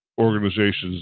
organizations